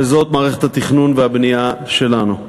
מערכת התכנון והבנייה שלנו.